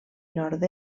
nord